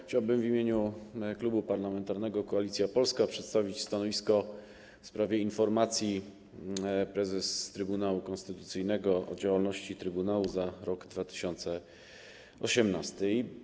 Chciałbym w imieniu Klubu Parlamentarnego Koalicja Polska przedstawić stanowisko w sprawie informacji prezes Trybunału Konstytucyjnego o działalności trybunału za rok 2018.